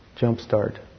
jumpstart